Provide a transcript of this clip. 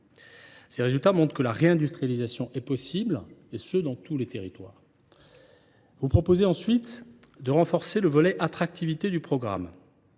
Ces résultats montrent que la réindustrialisation est possible dans tous les territoires. Vous proposez ensuite de renforcer le volet « attractivité » du programme.